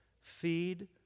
Feed